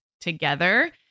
together